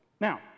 Now